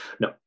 no